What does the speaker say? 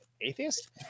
atheist